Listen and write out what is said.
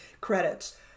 credits